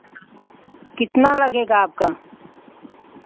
कितना लगेगा आपका